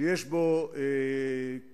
שיש בו כלואים,